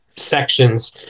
Sections